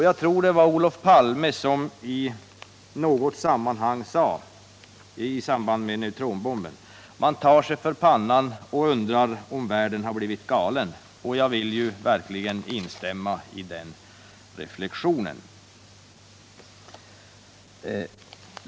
Jag tror att det var Olof Palme som i samband med neutronbomben sade: ”Man tar sig för pannan och undrar om världen har blivit galen.” Jag vill verkligen instämma i den reflexionen.